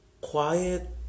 quiet